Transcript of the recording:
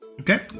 Okay